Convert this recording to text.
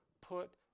put